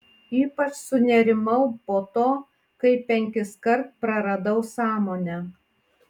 ypač sunerimau po to kai penkiskart praradau sąmonę